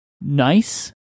nice